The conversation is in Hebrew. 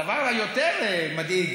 הדבר היותר מדאיג,